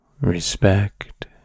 respect